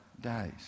days